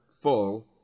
full